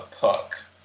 puck